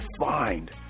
find